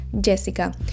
Jessica